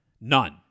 None